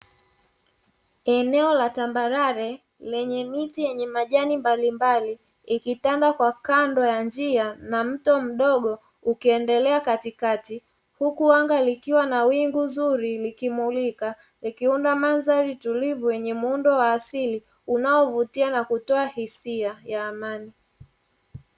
Eneo la tambarale lenye miti yenye majani mbalimbali, ikitanda kwa kando ya njia na mto mdogo ukiendelea katikati, huku anga likiwa na wingu zuri likimulika, ikiunda mandhari tulivu yenye muundo wa asili unaovutia na kutoa hisia ya amani.